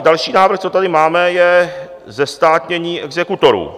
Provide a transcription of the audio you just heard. Další návrh, co tady máme, je zestátnění exekutorů.